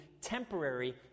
temporary